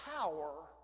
power